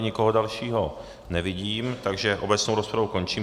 Nikoho dalšího nevidím, takže obecnou rozpravu končím.